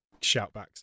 shoutbacks